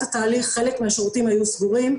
התהליך חלק מהשירותים היו סגורים,